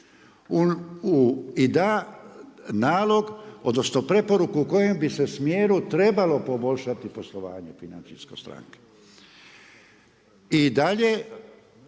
i da nalog, odnosno preporuku u kojem bi se smjeru trebalo poboljšati poslovanje financijsko stranke.